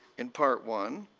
in part one,